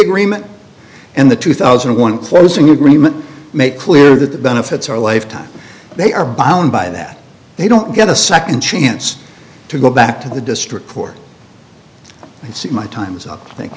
agreement and the two thousand and one closing agreement make clear that the benefits are lifetime they are bound by that they don't get a second chance to go back to the district court and see my time's up th